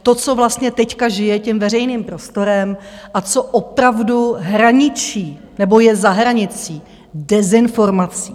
To, co vlastně teď žije tím veřejným prostorem a co opravdu hraničí, nebo je za hranicí dezinformací.